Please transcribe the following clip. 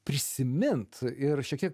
prisimint ir šiek tiek